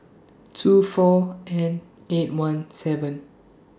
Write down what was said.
two four N eight one seven